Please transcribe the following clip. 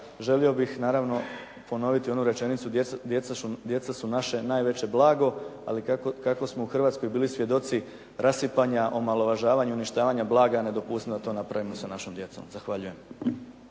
želio bih naravno ponoviti onu rečenicu "djeca su naše najveće blago", ali kako smo u Hrvatskoj bili svjedoci rasipanja, omalovažavanja i uništavanja blaga, ne dopustimo da to napravimo sa našom djecom. Zahvaljujem.